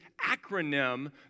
acronym